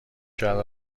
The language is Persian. کرد